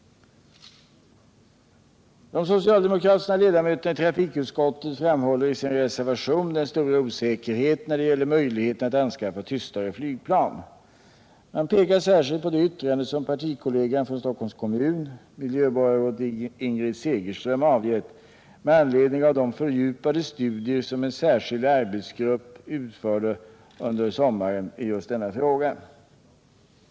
De socialdemokratiska ledamöterna i trafikutskottet framhåller i sin reservation den stora osäkerheten när det gäller möjligheterna att anskaffa tystare flygplan. Man pekar särskilt på det yttrande som partikollegan från Stockholms kommun — miljöborgarrådet Ingrid Segerström — avgett med anledning av de fördjupade studier som en särskild arbetsgrupp utförde under sommaren i just denna fråga.